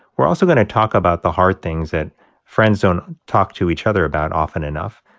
we're also going to talk about the hard things that friends don't talk to each other about often enough.